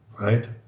right